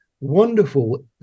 wonderful